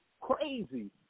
crazy